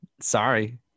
Sorry